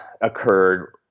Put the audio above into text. occurred